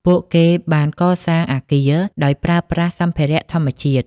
ពួកគេបានកសាងអគារដោយប្រើប្រាស់សម្ភារៈធម្មជាតិ។